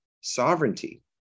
sovereignty